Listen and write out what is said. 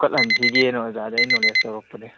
ꯐꯨꯀꯠꯍꯟꯁꯤꯒꯦꯅ ꯑꯣꯖꯥꯗ ꯑꯩ ꯅꯣꯂꯦꯖ ꯂꯧꯔꯛꯄꯅꯦ